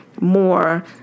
more